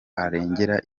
arengera